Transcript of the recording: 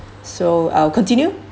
so I will continue